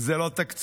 זה לא תקציב.